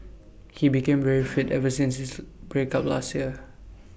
he became very fit ever since his break up last year